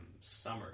summer